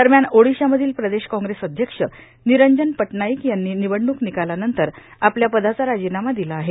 दरम्यान ओडिशामधील प्रदेश कॉग्रेस अध्यक्ष निरंजन पटनाईक यांनी निवडणूक निकालानंतर आपल्या पदाचाराजीनामा ादला आहे